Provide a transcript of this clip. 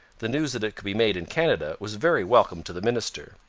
the news that it could be made in canada was very welcome to the minister.